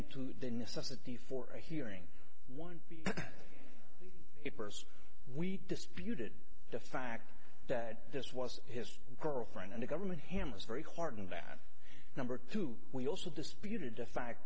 into the necessity for a hearing one it burst we disputed the fact that this was his girlfriend and the government hammers very heartened that number two we also disputed the fact